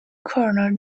corner